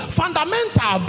fundamental